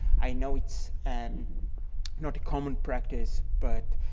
i know it's and not a common practice, but